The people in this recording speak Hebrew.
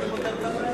היית פותר את הבעיה.